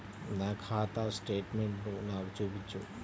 నా ఖాతా స్టేట్మెంట్ను నాకు చూపించు